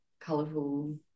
colorful